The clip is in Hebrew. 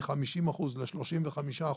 מ-50% ל-35%,